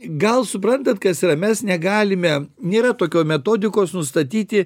gal suprantat kas yra mes negalime nėra tokio metodikos nustatyti